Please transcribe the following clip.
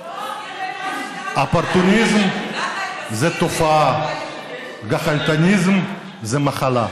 לא, אופורטוניזם זו תופעה, גח"לטניזם זו מחלה.